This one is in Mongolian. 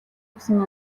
өгсөн